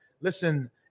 listen